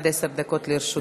אדוני, עד עשר דקות לרשותך.